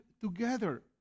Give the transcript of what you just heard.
together